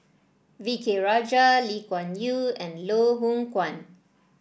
V K Rajah Lee Kuan Yew and Loh Hoong Kwan